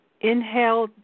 inhale